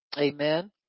amen